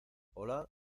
hola